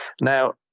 Now